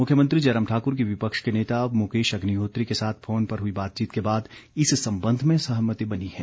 मुख्यमंत्री जयराम ठाकुर की विपक्ष के नेता मुकेश अग्निहोत्री के साथ फोन पर हुई बातचीत के बाद इस संबंध में सहमति बनी है